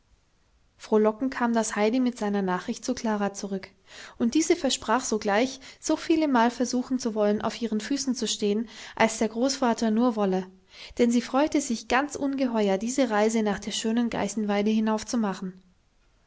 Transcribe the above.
frohlockend kam das heidi mit seiner nachricht zu klara zurück und diese versprach gleich sovielmal versuchen zu wollen auf ihren füßen zu stehen als der großvater nur wolle denn sie freute sich ganz ungeheuer diese reise nach der schönen geißenweide hinauf zu machen